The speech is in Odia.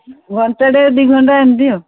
ଘଣ୍ଟାଟେ ଦୁଇ ଘଣ୍ଟା ଏମିତି ଆଉ